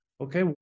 Okay